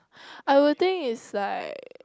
I would think it's like